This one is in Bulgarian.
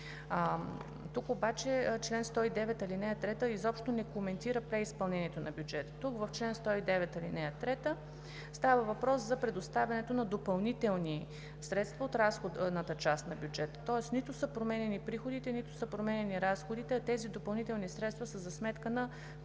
Тук чл. 109, ал. 3 изобщо не коментира преизпълнението на бюджета. Тук в чл. 109, ал. 3 става въпрос за предоставянето на допълнителни средства от разходната част на бюджета, тоест нито са променяни приходите, нито са променяни разходите, а допълнителните средства са за сметка на преструктуриране